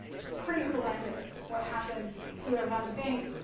it's pretty horrendous what happened to hrant dink.